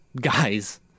guys